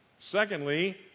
Secondly